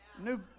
new